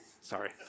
Sorry